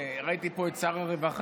וראיתי פה את שר הרווחה,